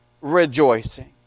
rejoicing